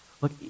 Look